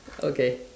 okay